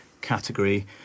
category